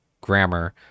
grammar